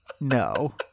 No